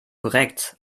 korrekt